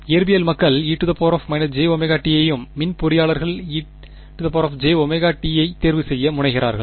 இயற்பியல் மக்கள் e jt யையும் மின் பொறியியலாளர்கள் ejωt ஐ தேர்வு செய்ய முனைகிறார்கள்